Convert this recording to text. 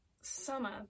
*Summer*